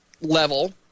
level